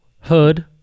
Hood